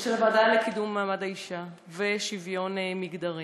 של הוועדה לקידום מעמד האישה ולשוויון מגדרי.